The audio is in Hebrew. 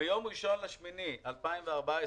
ביום 1.8.201,